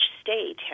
state